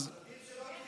עדיף שלא תהיה ממשלה.